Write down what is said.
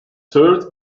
served